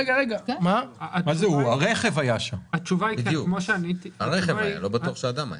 הרכב היה שם, לא בטוח שהאדם היה.